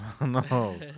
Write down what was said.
No